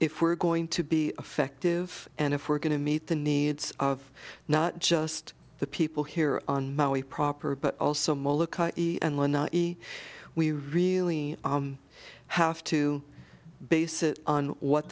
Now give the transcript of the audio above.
if we're going to be effective and if we're going to meet the needs of not just the people here on maui proper but also we really have to base it on what